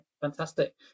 Fantastic